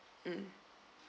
mm